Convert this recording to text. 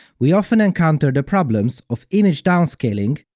we often encounter the problems of image downscaling,